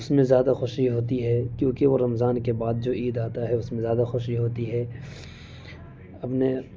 اس میں زیادہ خوشی ہوتی ہے کیونکہ وہ رمضان کے بعد جو عید آتا ہے اس میں زیادہ خوشی ہوتی ہے اپنے